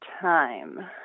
time